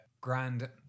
Grand